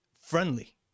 friendly